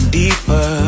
deeper